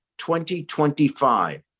2025